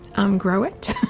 um grow it,